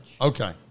Okay